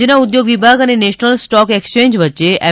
રાજ્યના ઉદ્યોગ વિભાગ અને નેશનલ સ્ટોક એક્સચેંજ વચ્ચે એમ